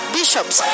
bishops